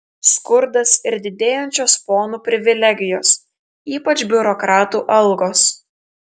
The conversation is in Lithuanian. skurdas ir didėjančios ponų privilegijos ypač biurokratų algos